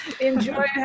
enjoy